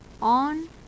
on